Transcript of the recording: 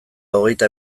hogeita